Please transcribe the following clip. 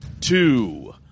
two